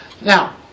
Now